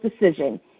decision